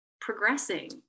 progressing